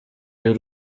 y’u